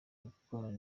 gukorana